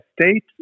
state